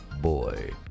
Boy